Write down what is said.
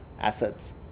assets